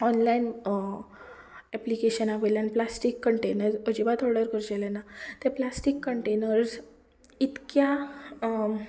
online एपलिकेशना वयल्यान plastic container अजिबात ऑर्डर करचेलें ना ते प्लास्टीक कंटेनर्स इतक्या